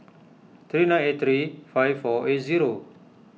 three nine eight three five four eight zero